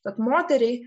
tad moteriai